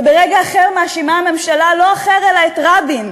וברגע אחר מאשימה הממשלה לא אחר אלא את רבין,